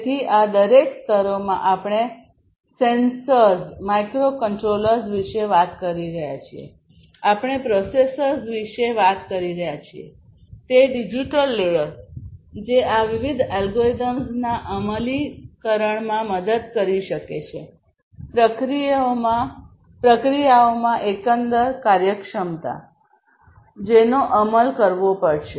તેથી આ દરેક સ્તરોમાં આપણે સેન્સર્સ માઇક્રોકન્ટ્રોલર્સ વિશે વાત કરી રહ્યા છીએ આપણે પ્રોસેસર્સ વિશે વાત કરી રહ્યા છીએ તે ડિજિટલ લેયર જે આ વિવિધ અલ્ગોરિધમ્સના અમલીકરણમાં મદદ કરી શકે છે પ્રક્રિયાઓમાં એકંદર કાર્યક્ષમતા જેનો અમલ કરવો પડશે